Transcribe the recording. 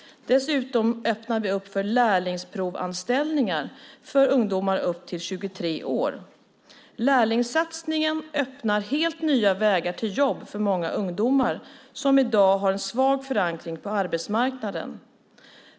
Dessutom öppnar vi för lärlingsprovanställningar för personer upp till 23 år. Lärlingssatsningen öppnar helt nya vägar till jobb för många ungdomar som i dag har svag förankring på arbetsmarknaden.